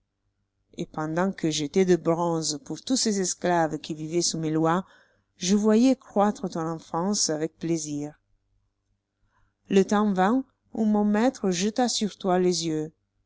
et pendant que j'étois de bronze pour tous ces esclaves qui vivoient sous mes lois je voyois croître ton enfance avec plaisir le temps vint où mon maître jeta sur toi les yeux